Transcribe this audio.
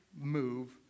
move